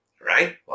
right